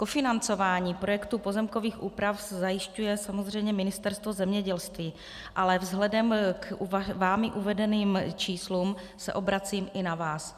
Kofinancování projektu pozemkových úprav zajišťuje samozřejmě Ministerstvo zemědělství, ale vzhledem k vámi uvedeným číslům se obracím i na vás.